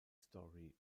story